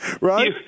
right